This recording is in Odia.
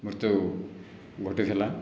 ମୃତ୍ୟୁ ଘଟିଥିଲା